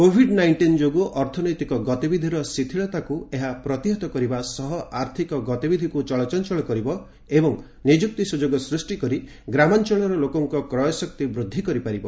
Covid nineteen ଯୋଗୁଁ ଅର୍ଥନୈତିକ ଗତିବିଧିର ଶିଥିଳତାକୁ ଏହା ପ୍ରତିହତ କରିବା ସହ ଆର୍ଥିକ ଗତିବିଧିକୁ ଚଳଚଞ୍ଚଳ କରିବ ଏବଂ ନିଯୁକ୍ତି ସୁଯୋଗ ସୃଷ୍ଟି କରି ଗ୍ରାମାଞ୍ଚଳର ଲୋକଙ୍କ କ୍ରୟଶକ୍ତି ବୂଦ୍ଧି କରିପାରିବ